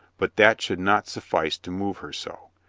but that should not suffice to move her so.